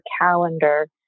calendar